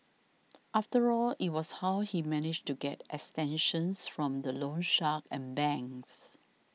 after all it was how he managed to get extensions from the loan shark and banks